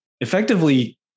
effectively